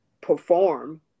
Perform